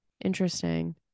interesting